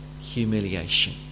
humiliation